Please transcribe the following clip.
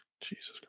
Jesus